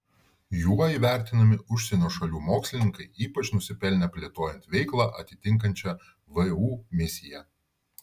juo įvertinami užsienio šalių mokslininkai ypač nusipelnę plėtojant veiklą atitinkančią vu misiją